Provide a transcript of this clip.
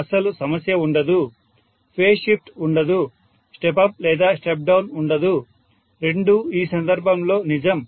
అస్సలు సమస్య ఉండదు ఫేజ్ షిఫ్ట్ ఉండదు స్టెప్ అప్ లేదా స్టెప్ డౌన్ ఉండదు రెండూ ఈ సందర్భంలో నిజం